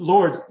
Lord